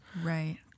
Right